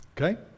Okay